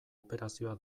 operazioa